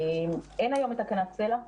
אין היום את תקנת סל"ע.